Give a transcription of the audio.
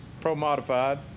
pro-modified